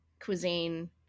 cuisine